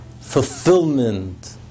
fulfillment